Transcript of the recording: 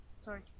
sorry